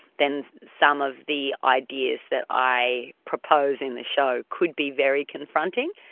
then some of the ideas that i propose in the show could be very confronting.